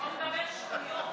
הוא מדבר שטויות.